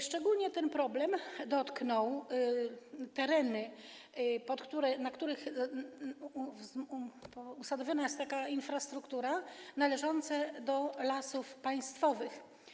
Szczególnie ten problem dotknął tereny, na których usadowiona jest taka infrastruktura, należące do Lasów Państwowych.